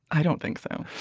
i don't think so.